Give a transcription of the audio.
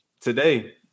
today